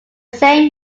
same